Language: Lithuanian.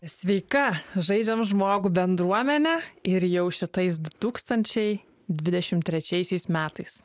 sveika žaidžiam žmogų bendruomene ir jau šitais du tūkstančiai dvidešimt trečiaisiais metais